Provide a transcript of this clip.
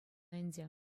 ӗнтӗ